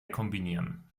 kombinieren